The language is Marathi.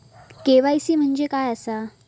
के.वाय.सी म्हणजे काय आसा?